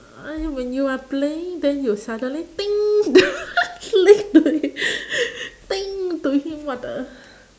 uh when you are playing then you will suddenly the play to him to him what the